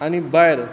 आनी भायर